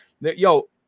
Yo